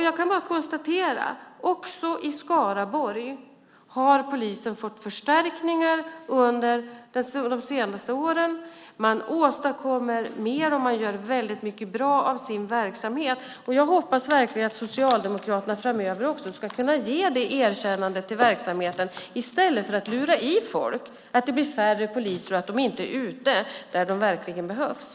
Jag kan bara konstatera att också i Skaraborg har polisen fått förstärkningar under de senaste åren. Man åstadkommer mer och gör väldigt mycket bra av sin verksamhet, och jag hoppas verkligen att också Socialdemokraterna framöver ska kunna ge det erkännandet till verksamheten i stället för att lura i folk att det blir färre poliser och att de inte är ute där de verkligen behövs.